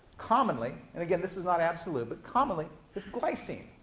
commonly, and, again, this is not absolute, but commonly, is glycine.